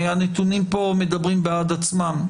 הנתונים פה מדברים בעד עצמם.